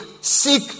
seek